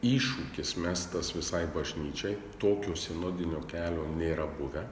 iššūkis mestas visai bažnyčiai tokio sinodinio kelio nėra buvę